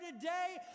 today